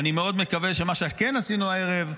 אני מאוד מקווה שמה שכן עשינו הערב,